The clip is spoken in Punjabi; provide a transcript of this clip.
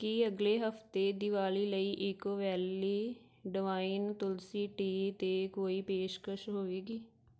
ਕੀ ਅਗਲੇ ਹਫ਼ਤੇ ਦੀਵਾਲੀ ਲਈ eco valley divine Tulsi tea 'ਤੇ ਕੋਈ ਪੇਸ਼ਕਸ਼ ਹੋਵੇਗੀ